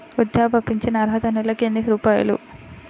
వృద్ధాప్య ఫింఛను అర్హత నెలకి ఎన్ని రూపాయలు?